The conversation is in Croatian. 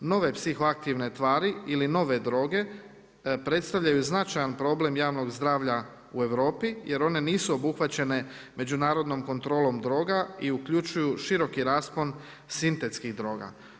Nove psihoaktivne tvari ili nove droge predstavljaju značajan problem javnog zdravlja u Europi jer one nisu obuhvaćene međunarodnom kontrolom droga i uključuju široki raspon sintetskih droga.